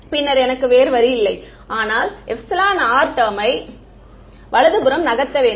பின்னர் எனக்கு வேறு வழியில்லை ஆனால் எப்சிலன் ஆர் டேர்மை வலது புறம் நகர்த்த வேண்டும்